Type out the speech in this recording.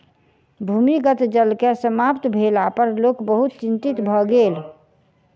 भूमिगत जल के समाप्त भेला पर लोक बहुत चिंतित भ गेल